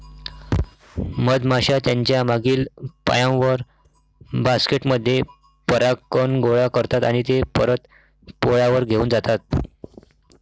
मधमाश्या त्यांच्या मागील पायांवर, बास्केट मध्ये परागकण गोळा करतात आणि ते परत पोळ्यावर घेऊन जातात